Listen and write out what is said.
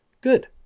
Good